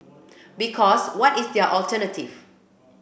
because what is their alternative